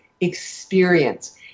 experience